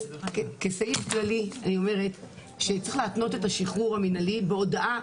כסעיף כללי אני אומרת שצריך להתנות את השחרור המנהלי בהודעה.